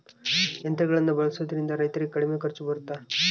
ಯಂತ್ರಗಳನ್ನ ಬಳಸೊದ್ರಿಂದ ರೈತರಿಗೆ ಕಡಿಮೆ ಖರ್ಚು ಬರುತ್ತಾ?